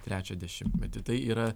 trečią dešimtmetį tai yra